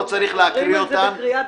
לא צריך להקריא אותן.